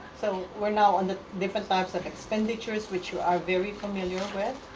so we're now on the different size of expenditures which you are very familiar with.